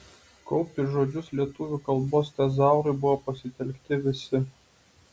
kaupti žodžius lietuvių kalbos tezaurui buvo pasitelkti visi